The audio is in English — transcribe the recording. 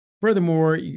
Furthermore